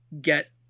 get